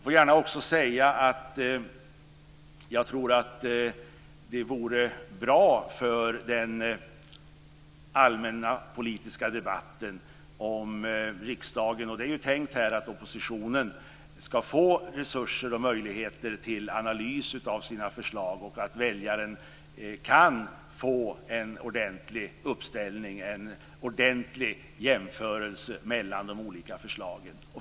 Jag tror också att det vore bra för den allmänna politiska debatten. Det är ju tänkt att oppositionen ska få resurser och möjligheter till analys av sina förslag och att väljaren ska kunna få en ordentlig jämförelse mellan de olika förslagen.